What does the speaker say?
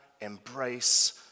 embrace